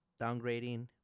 downgrading